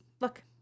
look